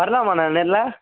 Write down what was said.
வரலாமாண்ணா நேரில்